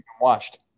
watched